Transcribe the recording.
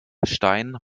stein